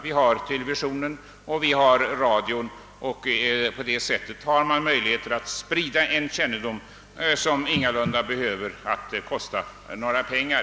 Vi har ju televisionen och vi har ju radion, och genom dessa massmedia finns det ju möjligheter att sprida kännedom som ingalunda behöver kosta några pengar.